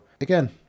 again